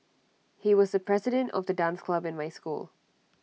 he was the president of the dance club in my school